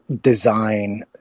design